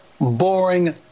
boring